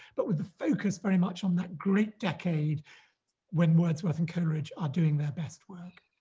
but with the focus very much on that great decade when wordsworth and coleridge are doing their best work.